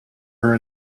her